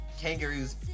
kangaroo's